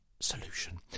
solution